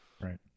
Right